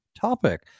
topic